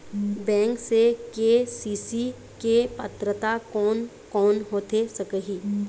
Bank से KCC के पात्रता कोन कौन होथे सकही?